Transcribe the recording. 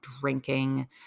drinking